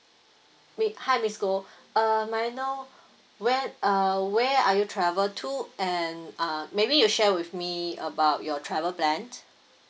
hi miss goh uh may I know when uh where are you travel to and uh maybe you share with me about your travel plan